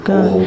God